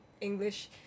english